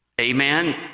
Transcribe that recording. Amen